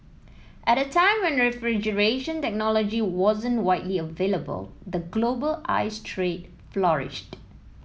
at a time when refrigeration technology wasn't widely available the global ice trade flourished